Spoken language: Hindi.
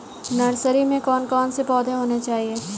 नर्सरी में कौन कौन से पौधे होने चाहिए?